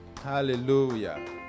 Hallelujah